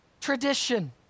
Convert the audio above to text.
Tradition